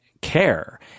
care